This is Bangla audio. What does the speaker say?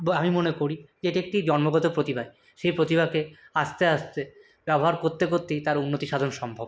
আমি মনে করি সেটি একটি জন্মগত প্রতিভা সেই প্রতিভাকে আস্তে আস্তে ব্যবহার করতে করতেই তার উন্নতি সাধন সম্ভব